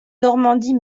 normandie